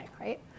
right